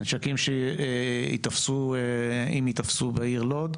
הנשקים שייתפסו אם יתפסו בעיר לוד,